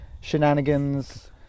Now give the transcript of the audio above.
shenanigans